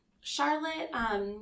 Charlotte